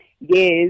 yes